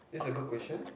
it's a good question